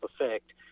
effect